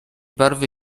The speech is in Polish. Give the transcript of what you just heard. barwy